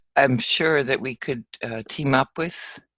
i'm sure that we could team up with.